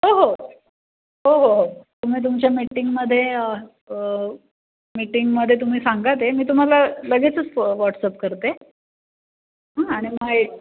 हो हो हो हो हो हो तुम्ही तुमच्या मीटिंगमध्ये मीटिंगमध्ये तुम्ही सांगा ते मी तुम्हाला लगेचच व व्हॉट्सअप करते हं आणि मग एक